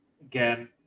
Again